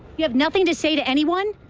you have nothing to say to anyone?